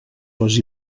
les